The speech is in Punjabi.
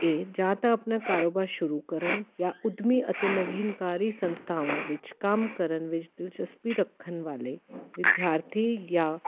ਇਹ ਜਾਂ ਤਾਂ ਆਪਣਾ ਕਾਰੋਬਾਰ ਸ਼ੁਰੂ ਕਰਨ ਜਾਂ ਉੱਦਮੀ ਅਤੇ ਨਵੀਨਕਾਰੀ ਸੰਸਥਾਵਾਂ ਵਿੱਚ ਕੰਮ ਕਰਨ ਵਿੱਚ ਦਿਲਚਸਪੀ ਰੱਖਣ ਵਾਲੇ ਵਿਦਿਆਰਥੀ ਜਾਂ